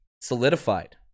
solidified